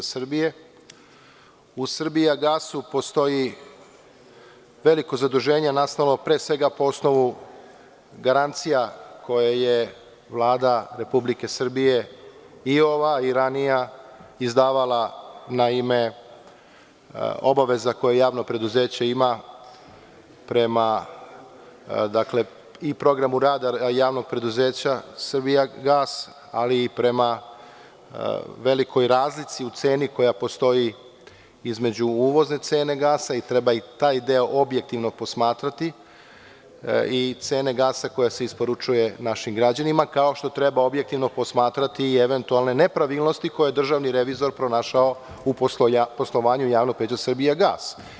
U „Srbijagas-u“ postoji veliko zaduženje nastalo pre svega po osnovu garancija koja je Vlada Republike Srbije i ova i ranija izdavala na ime obaveza koje javno preduzeće ima prema i prema programu rada JP „Srbijagas“ ali i prema velikoj razlici u ceni koja postoji između uvozne cene gasa, treba i taj deo objektivno posmatrati i cene gasa koja se isporučuje našim građanima, kao što treba objektivno posmatrati i eventualne nepravilnosti koje je državni revizor pronašao u poslovanju JP „Srbijagas“